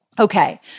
Okay